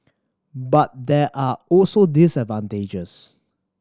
but there are also disadvantages